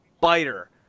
biter